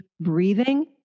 breathing